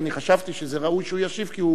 ואני חשבתי שזה ראוי שהוא ישיב כי הוא